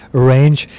arrange